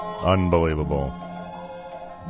Unbelievable